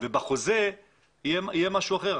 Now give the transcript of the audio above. ובחוזה יהיה משהו אחר?